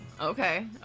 Okay